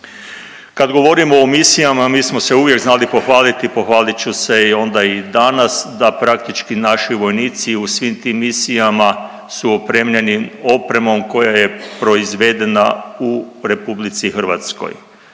Kad govorimo o misijama mi smo se uvijek znali pohvaliti i pohvalit ću se onda i danas, da praktički naši vojnici u svim tim misijama, su opremljeni opremom koja je proizvedena u RH tako